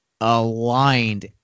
aligned